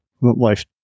Life